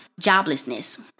joblessness